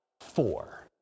four